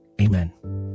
Amen